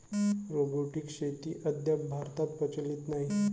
robotic शेती अद्याप भारतात प्रचलित नाही